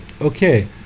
Okay